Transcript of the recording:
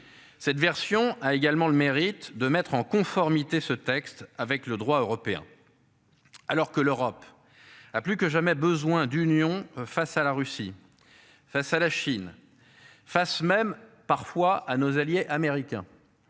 Cette version a également le mérite de mettre en conformité, ce texte avec le droit européen. Alors que l'Europe. A plus que jamais besoin d'union face à la Russie. Face à la Chine. Face, même parfois à nos alliés américains.